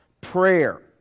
prayer